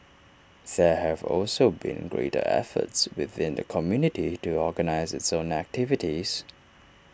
there have also been greater efforts within the community to organise its own activities